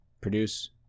produce